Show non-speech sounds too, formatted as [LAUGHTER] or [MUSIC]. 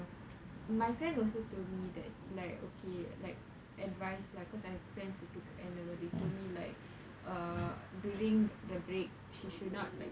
[NOISE] my friend also told me that like okay like advice lah because I've friends who took N level they told me like uh during the break she should not like